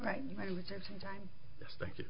right thank you